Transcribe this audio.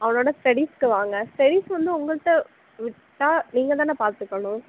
அவனோட ஸ்டெடிஸுக்கு வாங்க ஸ்டெடிஸ் வந்து உங்கள்ட்ட விட்டால் நீங்கள் தான் பார்த்துக்கணும்